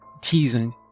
teasing